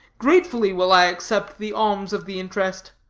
gratefully will i accept the alms of the interest.